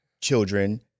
children